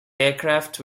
aircraft